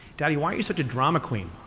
daddy, why are you such a drama queen?